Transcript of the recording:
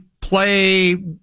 play